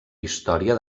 història